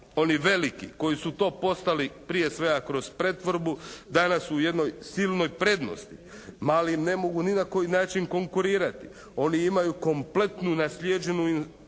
oni veliki koji su to postali prije svega kroz pretvorbu, danas su u jednoj silnoj prednosti. Mali ne mogu ni na koji način konkurirati, oni imaju kompletnu naslijeđenu